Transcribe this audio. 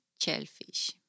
shellfish